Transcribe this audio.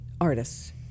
artists